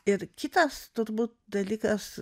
ir kitas turbūt dalykas